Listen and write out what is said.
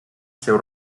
seu